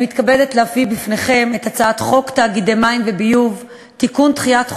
אני מתכבדת להביא בפניכם את הצעת חוק תאגידי מים וביוב (תיקון מס' 8)